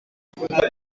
umuganda